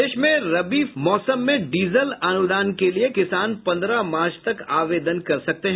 प्रदेश में रबि मौसम में डीजल भूगतान के लिये किसान पंद्रह मार्च तक आवेदन कर सकते हैं